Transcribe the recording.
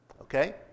okay